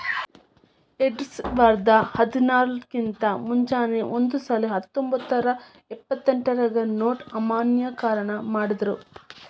ಎರ್ಡ್ಸಾವರ್ದಾ ಹದ್ನಾರರ್ ಕಿಂತಾ ಮುಂಚೆನೂ ಒಂದಸಲೆ ಹತ್ತೊಂಬತ್ನೂರಾ ಎಪ್ಪತ್ತೆಂಟ್ರಾಗ ನೊಟ್ ಅಮಾನ್ಯೇಕರಣ ಮಾಡಿದ್ರು